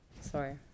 sorry